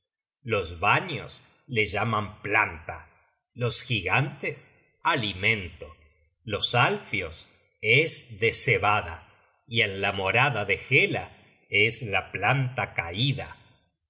los vanios le nombran planta los gigantes alimento los alfios hez de cebada y en la morada de hela es la planta caida